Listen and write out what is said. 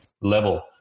level